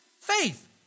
faith